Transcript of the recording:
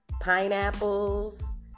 pineapples